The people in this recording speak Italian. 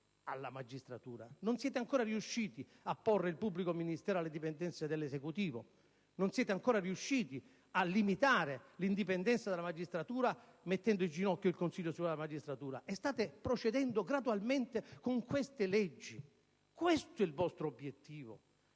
alla magistratura. Non siete ancora riusciti a porre il pubblico ministero alle dipendenze dell'Esecutivo. Non siete ancora riusciti a limitare l'indipendenza della magistratura mettendo in ginocchio il Consiglio superiore della magistratura e state procedendo gradualmente con queste leggi. Questo è il vostro obiettivo,